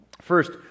First